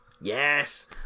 Yes